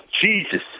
Jesus